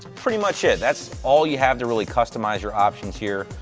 pretty much it. that's all you have to really customize your options here.